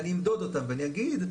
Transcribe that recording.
אני אמדוד אותם ואני אגיד,